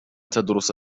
تدرس